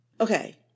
Okay